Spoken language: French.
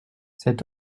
cet